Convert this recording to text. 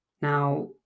now